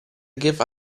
give